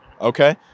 okay